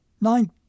Nine